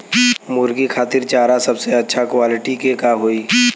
मुर्गी खातिर चारा सबसे अच्छा क्वालिटी के का होई?